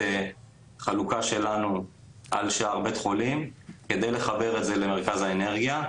החלוקה שלנו על שער בית חולים כדי לחבר את זה למרכז האנרגיה.